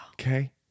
Okay